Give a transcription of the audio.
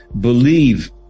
believe